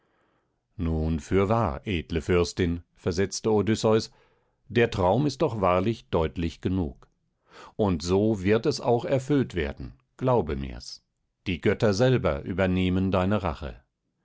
nun fürwahr edle fürstin versetzte odysseus der traum ist doch wahrlich deutlich genug und so wird es auch erfüllt werden glaube mir's die götter selber übernehmen deine rache